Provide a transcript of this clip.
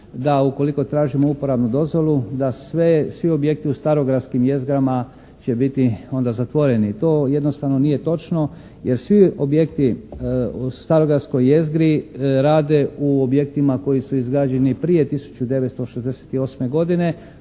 da ukoliko tražimo uporabnu dozvolu da svi objekti u starogradskim jezgrama će biti onda zatvoreni. To jednostavno nije točno jer svi objekti u starogradskoj jezgri rade u objektima koji su izgrađeni i prije 1968. godine